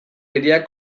hiriak